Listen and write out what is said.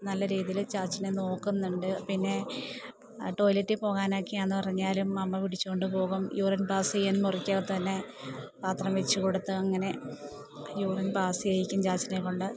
നല്ല രീതിയിൽ ചാച്ചനേ നോക്കുന്നുണ്ട് പിന്നെ ടോയ്ലെറ്റിപ്പോകാനക്കെയാന്ന് പറഞ്ഞാലും അമ്മ പിടിച്ചുകൊണ്ട് പോകും യൂറിൻ പാസ് ചെയ്യാൻ മുറിക്കകത്ത് വെച്ച് തന്നെ പാത്രം വെച്ച് കൊടുത്ത് അങ്ങനെ യൂറിൻ പാസ് ചെയ്യും ചാച്ചനേക്കൊണ്ട്